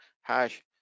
hash